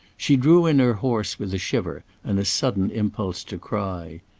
she drew in her horse with a shiver and a sudden impulse to cry.